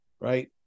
right